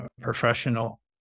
professional